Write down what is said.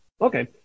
Okay